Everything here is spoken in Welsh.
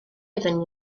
oeddwn